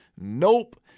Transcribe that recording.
Nope